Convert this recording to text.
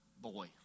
boy